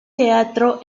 teatro